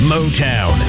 Motown